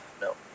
No